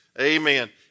Amen